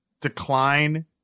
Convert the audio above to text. decline